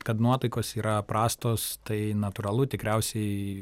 kad nuotaikos yra prastos tai natūralu tikriausiai